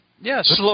yes